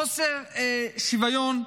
חוסר שוויון.